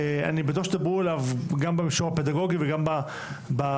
אני בטוח שתדברו עליו גם במישור הפדגוגי וגם באופן